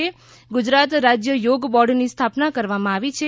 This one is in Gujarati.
ગુજરાત રાજ્ય યોગ બોર્ડ ની સ્થાપના કરવામાં આવી છે